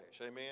Amen